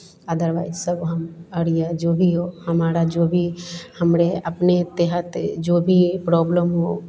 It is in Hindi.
अदरवाइज़ सब हम और यह जो भी हो हमारा जो भी हमारे अपने तहत जो भी प्रॉब्लम हो